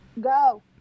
go